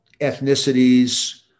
ethnicities